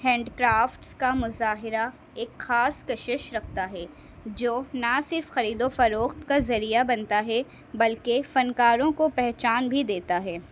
hand crafts کا مظاہرہ ایک خاص کشش رکھتا ہے جو نہ صرف خرید و فروخت کا ذریعہ بنتا ہے بلکہ فنکاروں کو پہچان بھی دیتا ہے